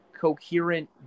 coherent